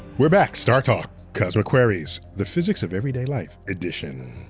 we're back, startalk, cosmic queries. the physics of everyday life edition.